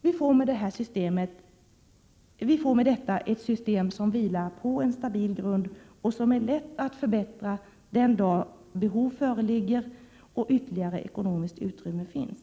Vi får med detta ett system som vilar på stabil grund och som är lätt att förbättra den dag som behov föreligger och ytterligare ekonomiskt utrymme finns.